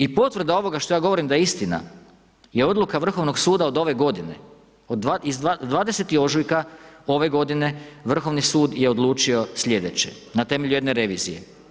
I potvrda ovoga što ja govorim da je istina je odluka Vrhovnog suda od ove godine iz 20. ožujka ove godine Vrhovni sud je odluči sljedeće na temelju jedne revizije.